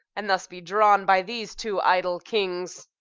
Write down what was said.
and thus be drawn by these two idle kings.